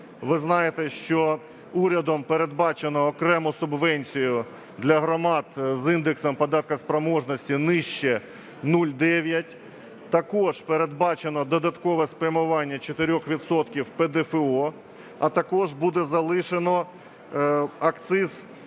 Ви знаєте, що урядом передбачено окрему субвенцію для громад з індексом податку спроможності нижче 0,9. Також передбачено додаткове спрямування 4 відсотків ПДФО, а також буде залишено акцизний